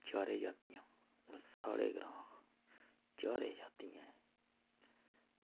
एह् चारो जातियां साढ़े ग्रांऽ एह् चारो जातियां